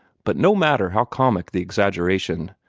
but no matter how comic the exaggeration,